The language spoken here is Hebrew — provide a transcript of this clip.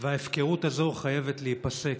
וההפקרות הזו חייבת להיפסק.